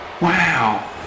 Wow